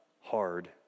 hard